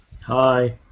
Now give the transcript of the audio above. Hi